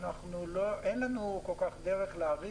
אין לנו דרך להעריך את זה.